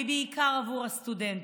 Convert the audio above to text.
ובעיקר בעבור הסטודנטים.